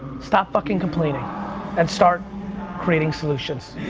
stop fucking complaining and start creating solutions.